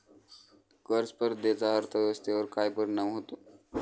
कर स्पर्धेचा अर्थव्यवस्थेवर काय परिणाम होतो?